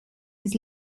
his